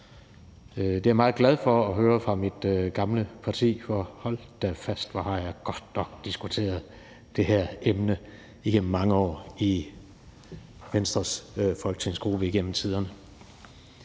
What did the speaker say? Det er jeg meget glad for at høre fra mit gamle parti, for hold da fast, hvor har jeg godt nok diskuteret det her emne igennem mange år i Venstres folketingsgruppe. Stofmisbrugere